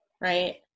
right